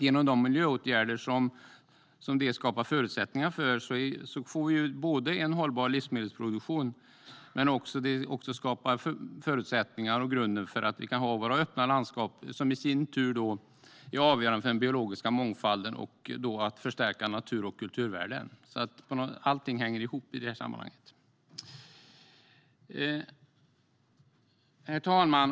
Genom de miljöåtgärder som de skapar förutsättningar för får vi en hållbar livsmedelsproduktion, men de skapar också förutsättningar för öppna landskap, som i sin tur är avgörande för den biologiska mångfalden och för att förstärka natur och kulturvärden. Allting hänger ihop i det här sammanhanget. Herr talman!